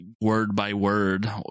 word-by-word